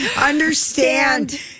understand